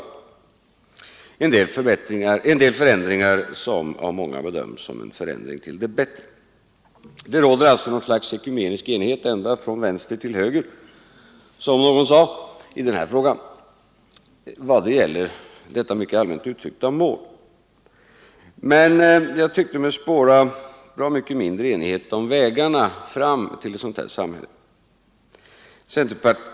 Dessa förändringar har av en del bedömts som förändringar till det bättre. Det råder alltså något slags ekumenisk enighet ända från vänster till höger, som någon sade, när det gäller detta mycket allmänt uttryckta mål. Men jag tyckte mig spåra bra mycket mindre enighet om vägarna fram till ett sådant samhälle.